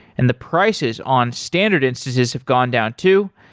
and the prices on standard instances have gone down too.